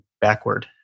backward